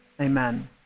Amen